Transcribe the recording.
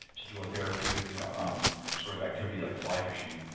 to do a therapeutic um sort of activity like fly fishing,